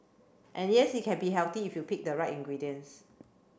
and yes it can be healthy if you pick the right ingredients